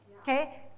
okay